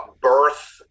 birth